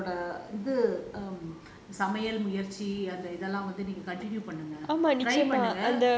உங்க உங்களோட இந்த சமையல் முயற்சி அந்த இதெல்லாம் வந்து நீங்க:unga ungaloda intha samiyal muyarchi antha ithellaam vanthu neenga continue பண்ணுங்க:pannunga